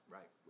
Right